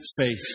faith